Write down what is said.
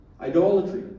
idolatry